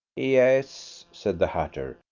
yes, said the hatter.